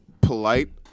polite